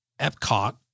Epcot